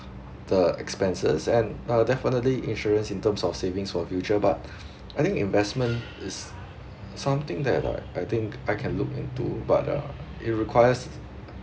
the expenses and uh definitely insurance in terms of saving for future but I think investment is something that like I think I can look into but uh it requires